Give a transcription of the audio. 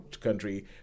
country